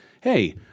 hey